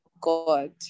God